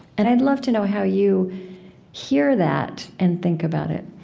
and i'd love to know how you hear that and think about it